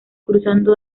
cruzando